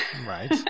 Right